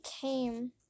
came